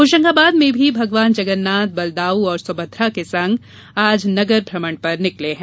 होशंगाबाद में भी भगवान जगन्नाथ बलदाऊ और सुभद्रा के संग आज नगर भ्रमण पर निकले हैं